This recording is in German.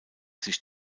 sich